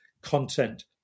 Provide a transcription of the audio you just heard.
content